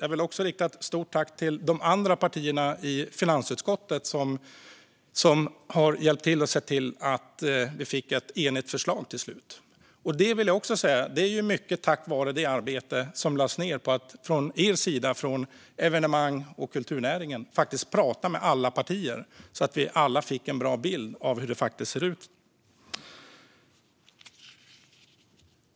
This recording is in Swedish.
Jag vill också rikta ett stort tack till de andra partierna i finansutskottet som har hjälpt till att se till att vi fick ett enigt förslag till slut. Det är mycket tack vare det arbete som lades ned från er sida, från evenemangs och kulturnäringen, att prata med alla partier så att vi alla fick en bra bild av hur det ser ut.